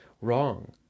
wrong